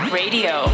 radio